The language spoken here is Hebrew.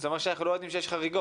זה אומר שאנחנו לא יודעים שיש חריגות.